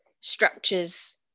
structures